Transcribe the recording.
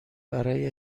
برای